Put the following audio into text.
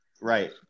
Right